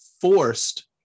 forced